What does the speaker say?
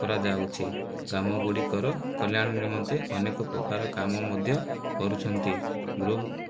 କରାଯାଉଛି ଗ୍ରାମଗୁଡ଼ିକର କଲ୍ୟାଣ ନିମନ୍ତେ ଅନେକ ପ୍ରକାର କାମ ମଧ୍ୟ କରୁଛନ୍ତି ଗ୍ରୁପ